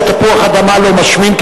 שתפוח-אדמה לא משמין,